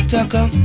Tucker